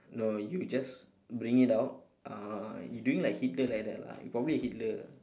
no you just bring it out uh you doing like hitler like that lah you probably a hitler ah